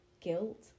guilt